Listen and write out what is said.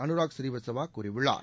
அனுராக் ஸ்ரீவத்சவா கூறியுள்ளார்